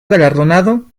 galardonado